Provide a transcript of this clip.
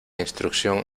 instrucción